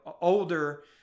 older